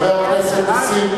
חבר הכנסת נסים,